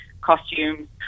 costumes